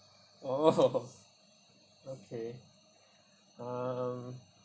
oh okay um